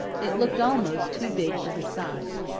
it looked almost too big for his size.